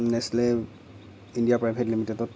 Nestle India private লিমিটেডত